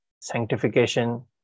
sanctification